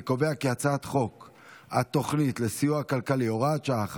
אני קובע כי הצעת חוק התוכנית לסיוע כלכלי (הוראת שעה,